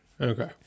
Okay